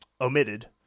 omitted